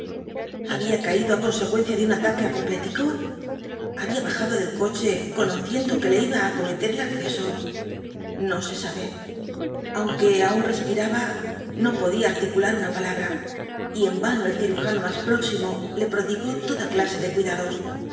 ca ido i consecuencia de un ataque apoplético labia bajado del coche conociendo que le iba ü acometer el acceso io se sabe aunque aun respiraba no podia articular una palabra y en mno el drujano mas próximo le ptodigó toda clase de c uidados